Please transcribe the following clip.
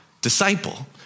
disciple